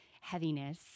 heaviness